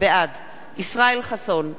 בעד ישראל חסון,